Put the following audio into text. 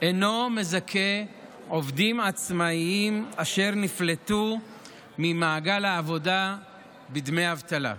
אינו מזכה עובדים עצמאים אשר נפלטו ממעגל העבודה בדמי אבטלה.